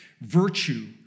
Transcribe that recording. virtue